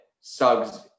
Suggs